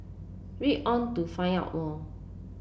read on to find out more